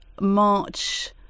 March